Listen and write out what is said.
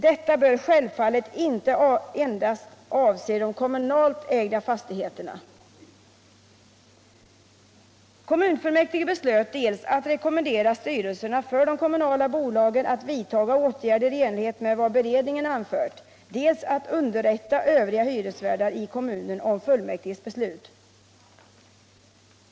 Detta bör självfallet inte avse endast kommunalt ägda fastigheter.” Kommunfullmäktige beslöt dels att rekommendera styrelserna för de kommunala bolagen att vidta åtgärder i enlighet med vad beredningen anfört, dels att underrätta övriga hyresvärdar i kommunen om fullmäktiges beslut.